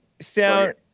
sound